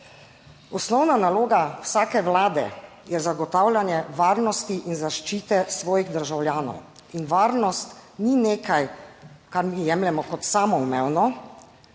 osnovna naloga vsake vlade je zagotavljanje varnosti in zaščite svojih državljanov. In varnost ni nekaj, kar mi jemljemo kot samoumevno.